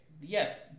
Yes